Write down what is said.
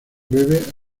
bebe